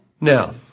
Now